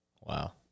Wow